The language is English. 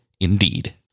Indeed